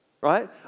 Right